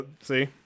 see